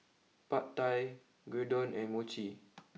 Pad Thai Gyudon and Mochi